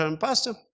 Pastor